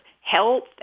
health